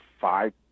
five